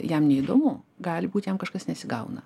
jam neįdomu gali būt jam kažkas nesigauna